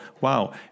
wow